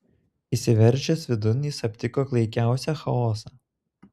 įsiveržęs vidun jis aptiko klaikiausią chaosą